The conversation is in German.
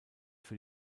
für